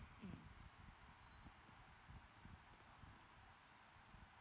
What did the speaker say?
mm